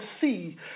see